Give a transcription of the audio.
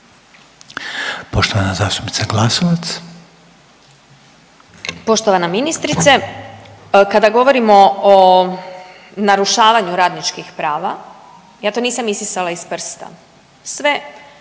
**Glasovac, Sabina (SDP)** Poštovana ministrice. Kada govorimo o narušavanju radničkih prava, ja to nisam isisala iz prsta, sve